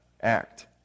act